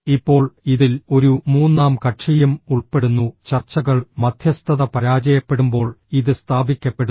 ഇപ്പോൾ ഇതിൽ ഒരു മൂന്നാം കക്ഷിയും ഉൾപ്പെടുന്നു ചർച്ചകൾ മധ്യസ്ഥത പരാജയപ്പെടുമ്പോൾ ഇത് സ്ഥാപിക്കപ്പെടുന്നു